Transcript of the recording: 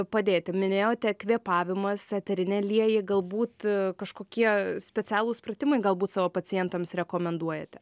padėti minėjote kvėpavimas eteriniai aliejai galbūt kažkokie specialūs pratimai galbūt savo pacientams rekomenduojate